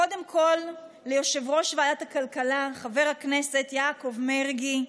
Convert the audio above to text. קודם כול ליושב-ראש ועדת הכלכלה חבר הכנסת יעקב מרגי.